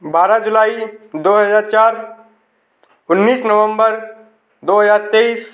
बारह जुलाई दो हजार चार उन्नीस नवंबर दो हजार तेईस